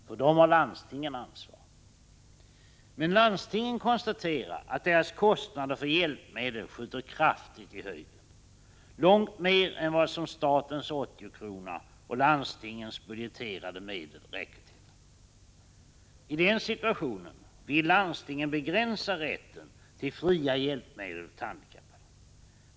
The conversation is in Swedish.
För dem har landstingen ansvar. Men landstingen konstaterar att deras kostnader för hjälpmedel skjuter kraftigt i höjden, långt mer än vad statens 80-krona och landstingens budgeterade medel räcker till. I den situationen vill landstingen begränsa rätten till fria hjälpmedel åt handikappade.